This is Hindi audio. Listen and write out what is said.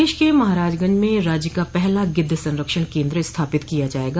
प्रदेश के महराजगंज में राज्य का पहला गिद्ध संरक्षण केन्द्र स्थापित किया जायेगा